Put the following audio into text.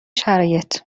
شرایط